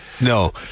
No